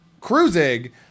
cruising